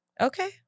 Okay